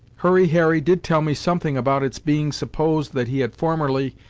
hurry harry did till me something about its being supposed that he had formerly,